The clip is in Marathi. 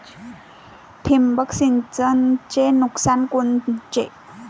ठिबक सिंचनचं नुकसान कोनचं?